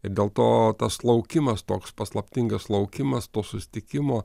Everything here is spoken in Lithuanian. ir dėl to tas laukimas toks paslaptingas laukimas to susitikimo